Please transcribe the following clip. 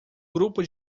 grupo